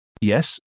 Yes